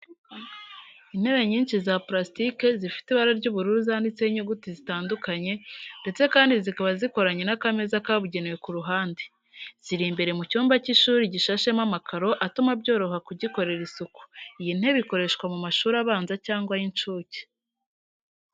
Intebe nyinshi za pulasitike zifite ibara ry'ubururu zanditseho inyuguti zitandukanye, ndetse kandi zikaba zikoranye n’akameza kabugenewe ku ruhande. Ziri imbere mu cyumba cy'ishuri gishashemo amakaro atuma byoroha kugikorera isuku. Iyi ntebe ikoreshwa mu mashuri abanza cyangwa ay'incuke.